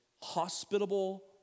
hospitable